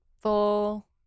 full